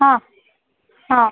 ಹಾಂ ಹಾಂ